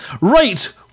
right